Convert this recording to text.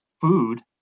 food